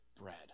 bread